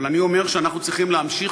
אבל אני אומר שאנחנו צריכים להמשיך,